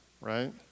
right